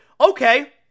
Okay